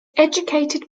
educated